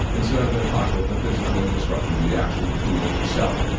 instead, i'm going to talk about the physical infrastructure, the actual tool itself.